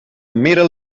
mera